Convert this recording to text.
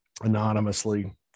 anonymously